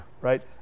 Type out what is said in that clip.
right